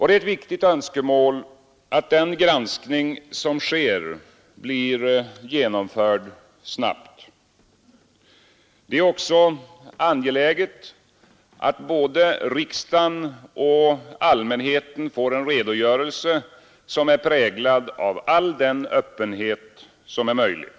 Det är ett viktigt önskemål att den granskning som sker blir genomförd snabbt. Det är också angeläget att både riksdagen och allmänheten får en redogörelse som är präglad av all den öppenhet som är möjlig.